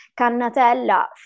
Cannatella